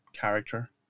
character